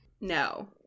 No